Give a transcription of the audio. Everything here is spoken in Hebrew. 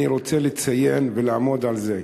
אני רוצה לציין ולעמוד על זה: